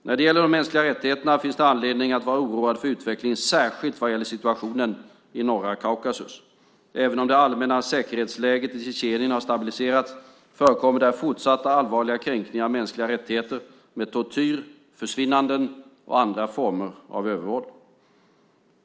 När det gäller de mänskliga rättigheterna finns det anledning att vara oroad för utvecklingen, särskilt vad gäller situationen i norra Kaukasus. Även om det allmänna säkerhetsläget i Tjetjenien har stabiliserats förekommer där fortsatt allvarliga kränkningar av mänskliga rättigheter med tortyr, försvinnanden och andra former av övervåld.